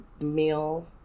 meal